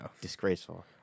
disgraceful